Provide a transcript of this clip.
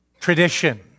tradition